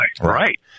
right